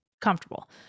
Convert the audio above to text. comfortable